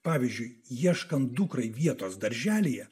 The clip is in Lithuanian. pavyzdžiui ieškant dukrai vietos darželyje